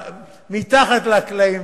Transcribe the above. מתחת לקלעים